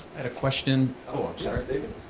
and a question david